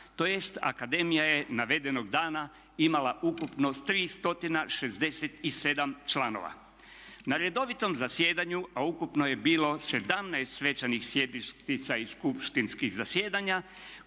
tj. akademija je navedenog dana imala ukupno 367 članova. Na redovitom zasjedanju, a ukupno je bilo 17 svečanih sjednica i skupštinskih zasjedanja